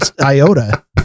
iota